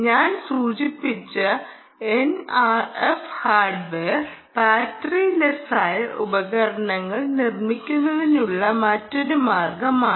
ഞാൻ സൂചിപ്പിച്ച NRF hardware battery ലെസ്സായ ഉപകരണങ്ങൾ നിർമ്മിക്കുന്നതിനുള്ള മറ്റൊരു മാർഗമാണ്